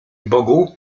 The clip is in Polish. bogu